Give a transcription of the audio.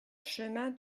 chemin